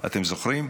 אתם זוכרים?